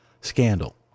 scandal